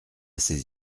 ses